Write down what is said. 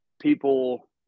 people